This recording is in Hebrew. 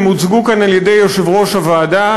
הם הוצגו כאן על-ידי יושב-ראש הוועדה,